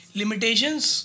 limitations